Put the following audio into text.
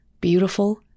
Beautiful